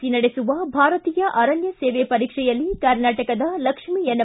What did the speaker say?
C ನಡೆಸುವ ಭಾರತೀಯ ಅರಣ್ಣ ಸೇವೆ ಪರೀಕ್ಷೆಯಲ್ಲಿ ಕರ್ನಾಟಕದ ಲಕ್ಷ್ಮಿ ಎನ್